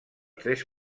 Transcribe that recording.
tres